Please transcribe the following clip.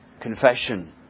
confession